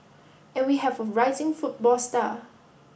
and we have a rising football star